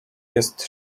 jest